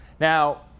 Now